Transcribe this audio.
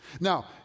Now